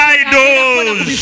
idols